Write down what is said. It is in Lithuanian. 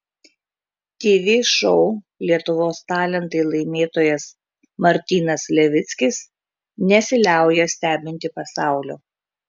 tv šou lietuvos talentai laimėtojas martynas levickis nesiliauja stebinti pasaulio